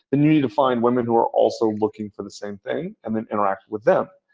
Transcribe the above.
and you need to find women who are also looking for the same thing, and then interact with them.